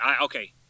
okay